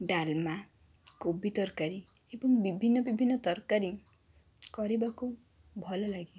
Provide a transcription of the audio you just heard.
ଡାଲମା କୋବି ତରକାରୀ ଏବଂ ବିଭିନ୍ନ ବିଭିନ୍ନ ତରକାରୀ କରିବାକୁ ଭଲ ଲାଗେ